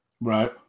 Right